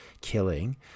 killing